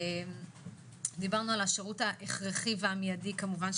דיברנו על השירות ההכרחי והמיידי כמובן,